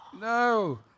No